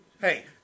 Hey